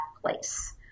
Place